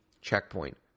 checkpoint